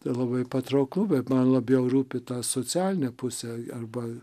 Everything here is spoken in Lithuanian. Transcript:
tai labai patrauklu bet man labiau rūpi ta socialinė pusė arba